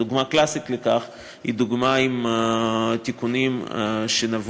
דוגמה קלאסית לכך היא התיקונים שנבעו